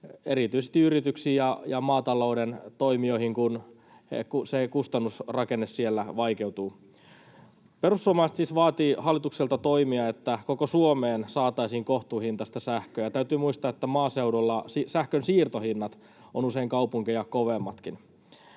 erityisesti yrityksiin ja maatalouden toimijoihin, kun se kustannusrakenne siellä vaikeutuu. Perussuomalaiset siis vaativat hallitukselta toimia, että koko Suomeen saataisiin kohtuuhintaista sähköä. Täytyy muistaa, että maaseudulla sähkön siirtohinnat ovat usein kaupunkeja kovemmatkin.